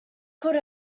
could